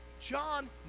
John